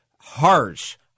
harsh